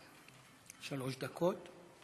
שלוש דקות.